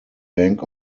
bank